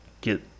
get